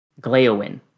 Gleowin